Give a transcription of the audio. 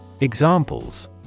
Examples